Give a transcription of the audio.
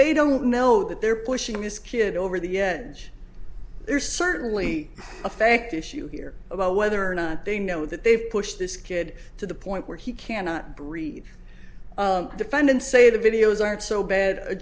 they don't know that they're pushing this kid over the edge there's certainly a fact issue here about whether or not they know that they've pushed this kid to the point where he cannot breathe defendants say the videos aren't so bad a